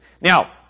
Now